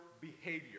behavior